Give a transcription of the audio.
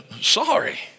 sorry